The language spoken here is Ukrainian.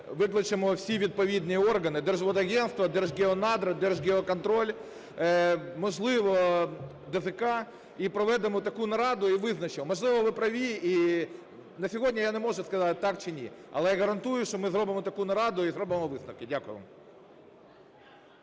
викличемо всі відповідні органи: Держводагентство, Держгеонадра, Держгеоконтроль, можливо, ДФК – і проведемо таку нараду і визначимось, можливо, ви праві. І на сьогодні я не можу сказати, так чи ні, але гарантую, що ми зробимо таку нараду і зробимо висновки. Дякую